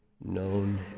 Known